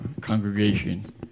congregation